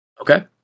Okay